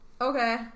Okay